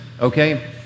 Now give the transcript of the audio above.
Okay